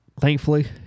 thankfully